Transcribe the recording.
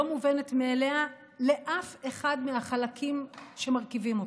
לא מובנת מאליה לאף אחד מהחלקים שמרכיבים אותה.